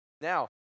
Now